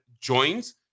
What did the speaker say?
joins